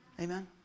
Amen